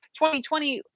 2020